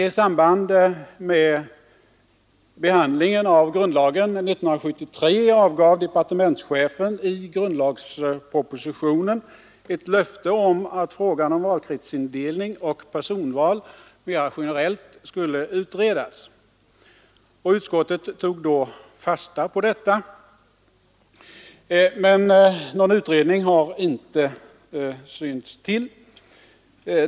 I samband med behandlingen av grundlagen år 1973 avgav departementschefen i grundlagspropositionen ett löfte om att frågan om valkretsindelning och personval mera generellt skulle utredas. Utskottet tog då fasta på detta. Någon utredning har dock inte synts till.